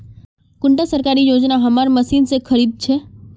कुंडा सरकारी योजना हमार मशीन से खरीद छै?